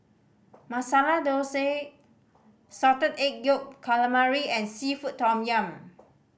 Masala Thosai Salted Egg Yolk Calamari and seafood tom yum